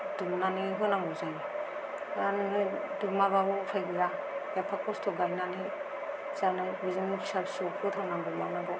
दुमनानै होनांगौ जायो आरो बिनिफ्राय दुमाब्लाबो उफाय गैला एफ्फा खस्थ' गायनानै जानाय बेजोंनो फिसा फिसौ फोथांनांगौ मानांगौ